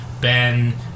ben